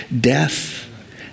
death